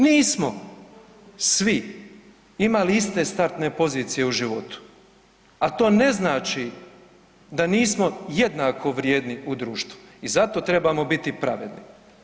Nismo svi imali iste startne pozicije u životu, a to ne znači da nismo jednako vrijedni u društvu i zato trebamo biti pravedni.